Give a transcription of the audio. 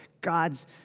God's